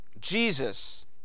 Jesus